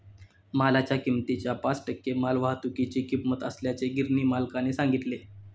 मालाच्या किमतीच्या पाच टक्के मालवाहतुकीची किंमत असल्याचे गिरणी मालकाने सांगितले